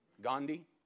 Gandhi